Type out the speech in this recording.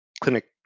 clinic